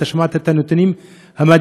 ואתה שמעת את הנתונים המדהימים,